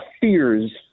fears